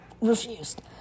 refused